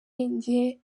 njye